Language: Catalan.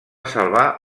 salvar